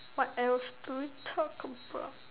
what else do we talk about